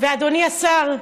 אדוני השר,